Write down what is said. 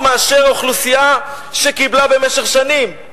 יותר מאשר של אוכלוסייה שקיבלה במשך שנים,